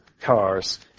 cars